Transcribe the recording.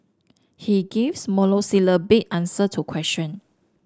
he gives monosyllabic answer to question